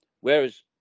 whereas